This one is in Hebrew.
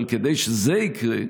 אבל כדי שזה יקרה,